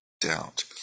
doubt